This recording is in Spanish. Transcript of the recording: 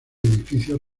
edificios